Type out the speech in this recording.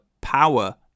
power